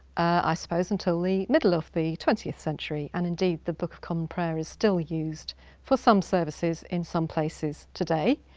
i suppose until the middle of the twentieth century. and indeed the book of common prayer is still used for some services in some places today,